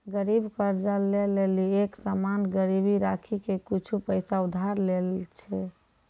गरीब कर्जा ले लेली एक सामान गिरबी राखी के कुछु पैसा उधार लै छै